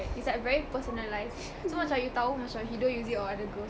it's like very personalized so macam you tahu macam he don't use it on other girls